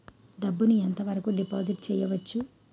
డబ్బు ను ఎంత వరకు డిపాజిట్ చేయవచ్చు?